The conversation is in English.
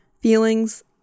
feelings